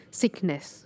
sickness